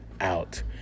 out